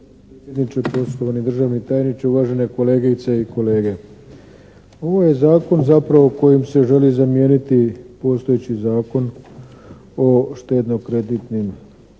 predsjedniče, poštovani državni tajniče, uvažene kolegice i kolege! Ovo je zakon kojim se zapravo želi zamijeniti postojeći Zakon o štedno-kreditnim